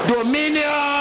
Dominion